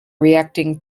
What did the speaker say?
reacting